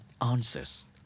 answers